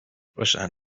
باشن